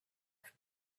there